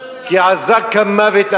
כי אתה לא יודע.